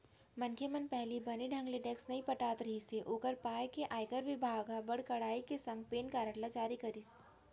मनखे मन पहिली बने ढंग ले टेक्स नइ पटात रिहिस हे ओकर पाय के आयकर बिभाग हर बड़ कड़ाई के संग पेन कारड ल जारी करिस